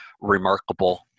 remarkable